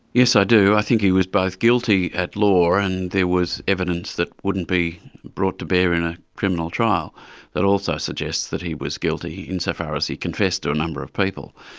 yes, i do, i think he was both guilty at law and there was evidence that wouldn't be brought to bear in a criminal trial that also suggests that he was guilty insofar as he confessed to a number of people.